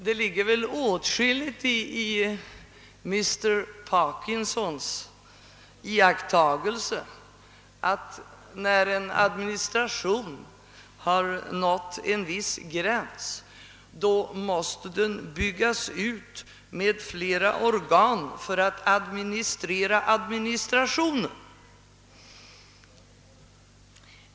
Det ligger väl åtskilligt i mr Parkinsons iakttagelse att när en administration har nått en viss omfattning måste den byggas ut med flera organ för att administrera administrationen.